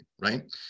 right